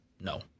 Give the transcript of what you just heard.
no